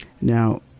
Now